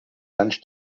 lunch